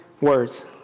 words